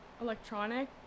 electronic